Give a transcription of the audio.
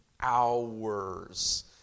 hours